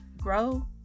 Grow